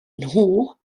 nhw